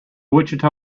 wichita